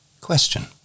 Question